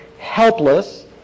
helpless